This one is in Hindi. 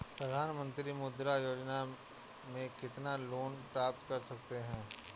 प्रधानमंत्री मुद्रा योजना में कितना लोंन प्राप्त कर सकते हैं?